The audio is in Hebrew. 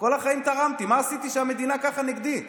כל החיים תרמתי, מה עשיתי שהמדינה ככה נגדי?